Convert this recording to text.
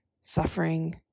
suffering